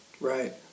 Right